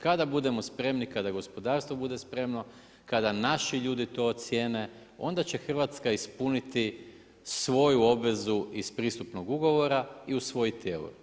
Kada budemo spremni, kada gospodarstvo bude spremno, kada naši ljudi to ocjene, onda će Hrvatska ispuniti svoju obvezu iz pristupnog ugovora i u svoje tijelo.